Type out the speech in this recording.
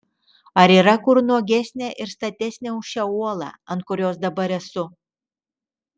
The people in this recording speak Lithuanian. ar yra kur nuogesnė ir statesnė už šią uolą ant kurios dabar esu